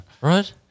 Right